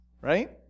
right